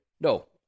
No